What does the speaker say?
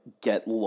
get